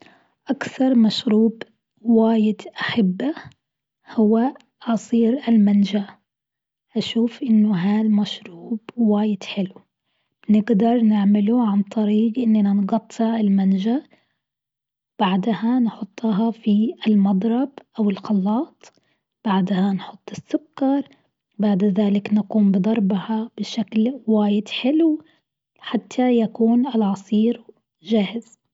أكثر مشروب واجد أحبه هو عصير المانجا، أشوف إنه ها المشروب واجد حلو، نقدر نعمله عن طريق إننا نقطع المانجا، بعدها نحطها في المضرب أو الخلاط بعدها نحط السكر بعد ذلك نقوم بضربها بشكل واجد حلو حتى يكون العصير جاهز.